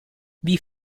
wie